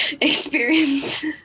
experience